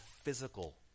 physical